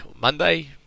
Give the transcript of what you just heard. Monday